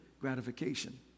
gratification